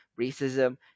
racism